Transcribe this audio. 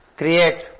create